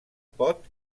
pot